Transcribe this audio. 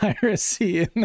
piracy